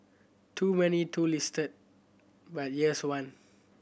too many too list but here's one